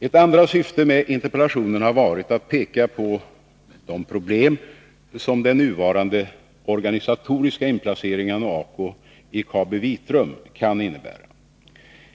Ett andra syfte med interpellationen har varit att peka på de problem som den nuvarande organisatoriska inplaceringen av ACO i KabiVitrum kan innebära.